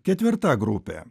ketvirta grupė